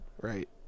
Right